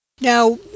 Now